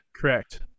Correct